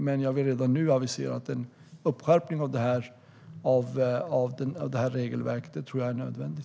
Men jag vill redan nu avisera att jag tror att en skärpning av regelverket är nödvändig.